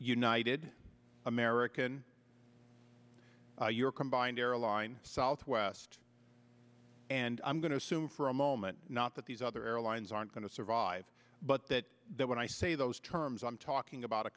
united american you're combined airline southwest and i'm going to assume for a moment not that these other airlines aren't going to survive but that that when i say those terms i'm talking about a